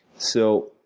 so,